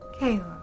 Kayla